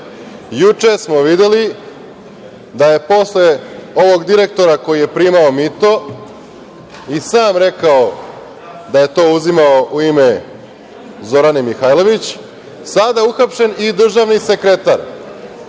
smo videli da je posle ovog direktora koji je primao mito i sam rekao da je to uzimao u ime Zorane Mihajlović, sada je uhapšen i državni sekretar.